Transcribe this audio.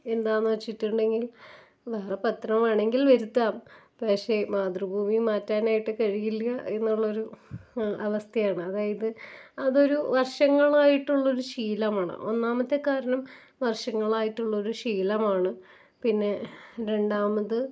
എന്താണെന്നു വച്ചിട്ടുണ്ടെങ്കിൽ വേറെ പത്രം വേണമെങ്കിൽ വരുത്താം പക്ഷെ മാതൃഭൂമി മാറ്റാനായിട്ട് കഴിയില്ല്യ എന്നുള്ളൊരു അവസ്ഥയാണ് അതായത് അതൊരു വർഷങ്ങളായിട്ടുള്ള ഒരു ശീലമാണ് ഒന്നാമത്തെ കാരണം വർഷങ്ങളായിട്ടുള്ള ഒരു ശീലമാണ് പിന്നെ രണ്ടാമത്